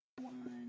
One